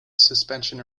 suspension